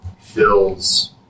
fills